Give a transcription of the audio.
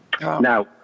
now